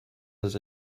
has